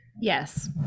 Yes